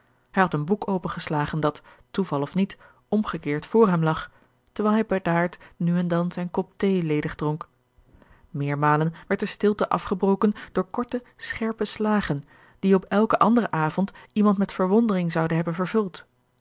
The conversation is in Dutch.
hij had een boek opengeslagen dat toeval of niet omgekeerd voor hem lag terwijl hij bedaard nu en dan zijn kop thee ledig dronk meermalen werd de stilte afgebroken door korte scherpe slagen die op elken anderen avond iemand met verwondering zouden hebben vervuld